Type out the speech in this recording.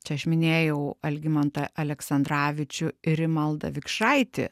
čia aš minėjau algimantą aleksandravičių ir rimaldą vikšraitį